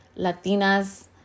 Latinas